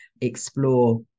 explore